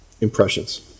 impressions